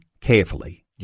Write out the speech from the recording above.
carefully